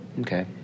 Okay